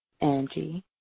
Angie